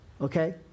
okay